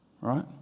Right